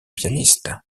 pianiste